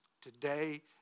today